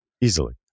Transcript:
easily